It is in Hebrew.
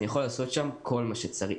אני יכול לעשות שם כל מה שצריך.